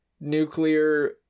nuclear